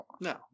No